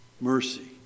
Mercy